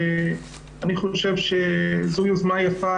אני חושב שזו יוזמה יפה,